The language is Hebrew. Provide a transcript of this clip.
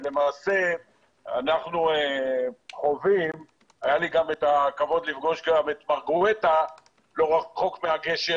היה לי גם את הכבוד לפגוש את מר גואטה לא רחוק מהגשר.